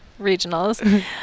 regionals